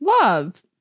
Love